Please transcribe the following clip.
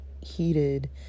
heated